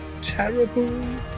terrible